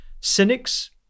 Cynics